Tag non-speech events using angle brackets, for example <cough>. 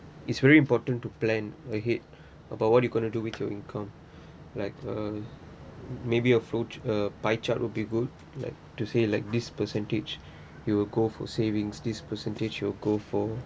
it's very important to plan ahead about what you going to do with your income <breath> like uh maybe approach a pie chart will be good like to say like this percentage it will go for savings this percentage it'll go for